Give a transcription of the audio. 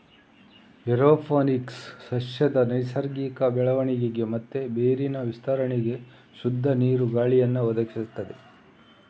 aeroponics ಸಸ್ಯದ ನೈಸರ್ಗಿಕ ಬೆಳವಣಿಗೆ ಮತ್ತೆ ಬೇರಿನ ವಿಸ್ತರಣೆಗೆ ಶುದ್ಧ ನೀರು, ಗಾಳಿಯನ್ನ ಒದಗಿಸ್ತದೆ